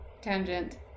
tangent